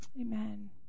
Amen